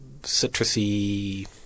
citrusy